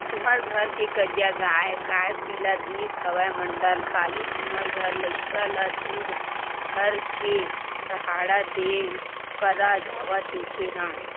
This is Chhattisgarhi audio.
तुँहर घर के करिया गाँय काय पिला दिस हवय मंडल, काली तुँहर घर लइका ल दूद धर के सहाड़ा देव करा जावत देखे हँव?